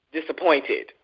disappointed